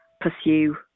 pursue